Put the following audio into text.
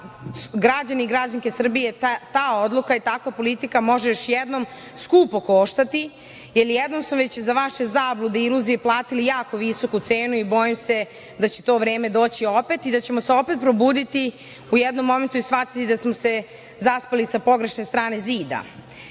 građane i građanke Srbije ta odluka i takva politika može još ih još jednom skupo koštati, jer jednom su već za vaše zablude i iluzije platili jako visok cenu i bojim se da će to vreme doći opet i da ćemo se opet probuditi u jednom momentu i shvatiti da smo zaspali sa pogrešne strane zida. To